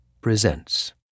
presents